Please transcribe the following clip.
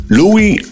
Louis